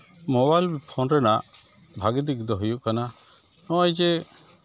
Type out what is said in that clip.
mobile phone ᱨᱮᱱᱟᱜ ᱵᱷᱟᱹᱜᱤ ᱫᱤᱠ ᱫᱚ ᱦᱩᱭᱩᱜ ᱠᱟᱱᱟ ᱱᱚᱜᱼᱚᱭ ᱡᱮ